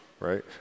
right